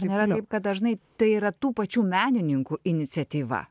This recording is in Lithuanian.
ar nėra taip kad dažnai tai yra tų pačių menininkų iniciatyva